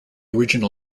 original